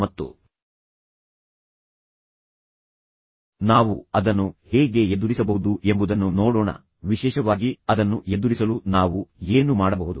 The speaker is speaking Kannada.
ಮತ್ತು ನಾವು ಅದನ್ನು ಹೇಗೆ ಎದುರಿಸಬಹುದು ಎಂಬುದನ್ನು ನೋಡೋಣ ವಿಶೇಷವಾಗಿ ಅದನ್ನು ಎದುರಿಸಲು ನಾವು ಏನು ಮಾಡಬಹುದು